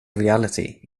reality